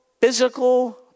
physical